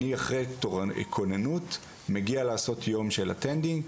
אני אחרי כוננות מגיע לעשות יום של "אטנדינג",